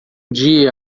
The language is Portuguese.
dia